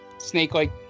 Snake-like